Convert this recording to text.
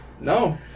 No